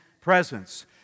presence